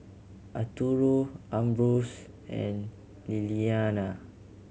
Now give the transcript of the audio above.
Arturo Ambrose and Lillianna